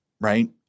right